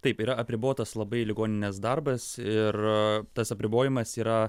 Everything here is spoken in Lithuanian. taip yra apribotas labai ligoninės darbas ir tas apribojimas yra